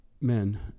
men